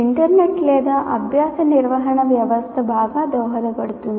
internet లేదా అభ్యాస నిర్వహణ వ్యవస్థ బాగా దోహదపడుతుంది